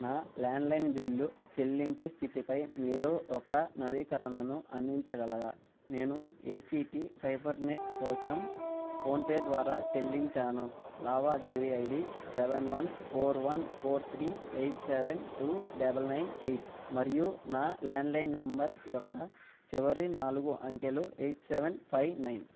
నా landline bill చెల్లింపు స్థితిపై మీరు ఒక నవీకరణను అందించగలరా నేను ఏసీటీ ఫైబర్ నెట్ కోసం ఫోన్పే ద్వారా చెల్లించాను లావాదేవీ ID seven one four one four three eight seven two double nine eight మరియు నా ల్యాండ్లైన్ నంబర్ యొక్క చివరి నాలుగు అంకెలు ఎయిట్ సెవెన్ ఫైవ్ నైన్